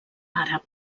àrab